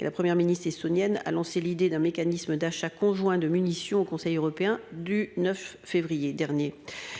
et la Première ministre estonienne a lancé l'idée d'un mécanisme d'achat conjoint de munitions au Conseil européen du 9 février dernier